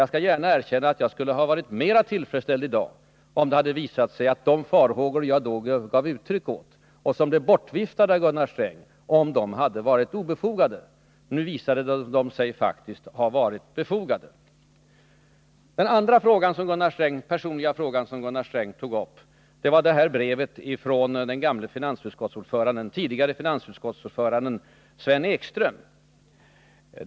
Jag skall gärna erkänna att jag skulle ha varit mera tillfredsställd i dag om det hade visat sig att de farhågor jag då gav uttryck åt och som blev bortviftade av Gunnar Sträng hade varit obefogade. Men nu visar de sig faktiskt ha varit befogade. Den andra personliga frågan som Gunnar Sträng tog upp gällde brevet från den tidigare ordföranden i finansutskottet Sven Ekström.